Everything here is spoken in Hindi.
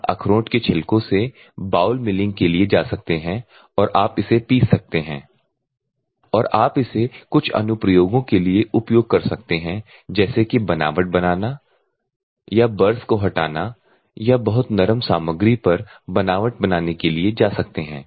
आप अखरोट के छिलकों से बाउल मिलिंग के लिए जा सकते हैं या आप इसे पीस सकते हैं और आप इसे कुछ अनुप्रयोगों के लिए उपयोग कर सकते हैं जैसे कि बनावट बनाना या बर्स को हटाना या बहुत नरम सामग्री पर बनावट बनाने के लिए जा सकते हैं